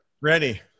ready